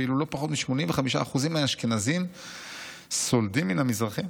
ואילו לא פחות מ-85% מן האשכנזים סולדים מן המזרחים.